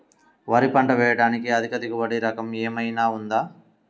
వరి పంట వేయటానికి అధిక దిగుబడి రకం ఏమయినా ఉందా?